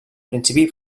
principi